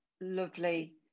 lovely